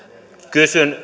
kysyn